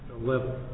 level